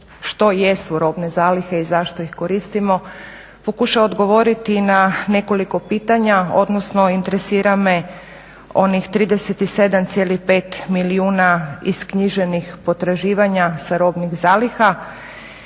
što jesu robne zalihe i zašto ih koristimo pokuša odgovoriti na nekoliko pitanja, odnosno interesira me onih 37,5 milijuna isknjiženih potraživanja sa robnih zaliha